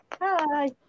Hi